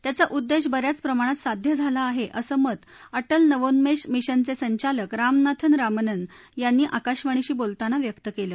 त्याचा उद्देश ब याच प्रमाणात साध्य झाला आहे असं मत अटल नवोन्मेष मिशनचे संचालक रामनाथन् रामनन् यांनी आकाशवाणीशी बोलताना व्यक्त केलं